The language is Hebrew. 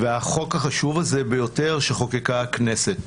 והחוק החשוב ביותר שחוקקה הכנסת.